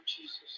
Jesus